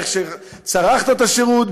איך שצרכת את השירות,